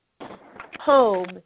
home